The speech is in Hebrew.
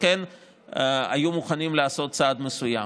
וכן היו מוכנים לעשות צעד מסוים.